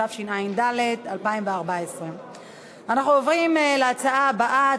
התשע"ד 2014. אנחנו עוברים להצעה הבאה: